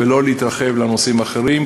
ולא להתרחב לנושאים האחרים,